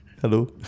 hello